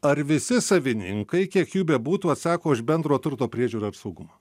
ar visi savininkai kiek jų bebūtų atsako už bendro turto priežiūrą ir saugumą